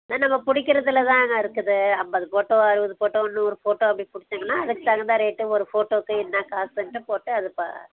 நம்ம பிடிக்கிறதுல தாங்க இருக்குது ஐம்பது ஃபோட்டோ அறுபது ஃபோட்டோனு நுாறு ஃபோட்டோ அப்படி பிடிச்சிங்கனா அதுக்கு தகுந்த ரேட்டு ஒரு ஃபோட்டோவுக்கு என்ன காசுன்ட்டு போட்டு அது ப